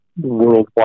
worldwide